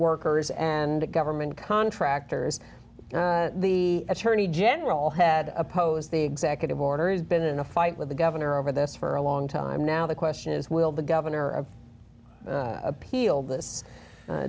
workers and government contractors the attorney general had opposed the executive order has been in a fight with the governor over this for a long time now the question is will the governor of appeal this